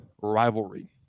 rivalry